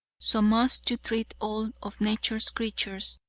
so must you treat all of nature's creatures.